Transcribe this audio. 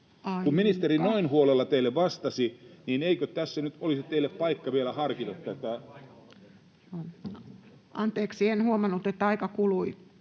Kun ministeri noin huolella teille vastasi, niin eikö tässä nyt olisi teille paikka vielä harkita tätä? Saako jatkaa? Kyllä,